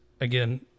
again